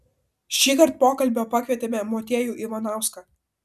šįkart pokalbio pakvietėme motiejų ivanauską